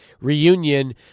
reunion